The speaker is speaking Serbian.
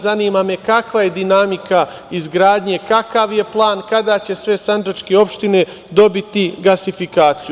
Zanima me kakva je dinamika izgradnje, kakav je plan, kada će sve sandžačke opštine dobiti gasifikaciju?